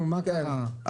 גבירתי המנכ"ל,